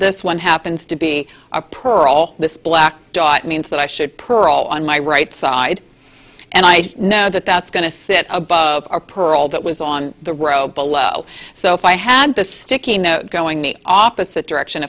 this one happens to be a pearl this black dot means that i should pearl on my right side and i know that that's going to sit above or pearl that was on the row below so if i had the sticky note going the opposite direction